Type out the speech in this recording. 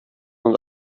und